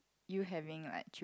you having like